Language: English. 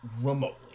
remotely